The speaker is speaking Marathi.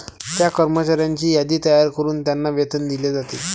त्या कर्मचाऱ्यांची यादी तयार करून त्यांना वेतन दिले जाते